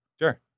Sure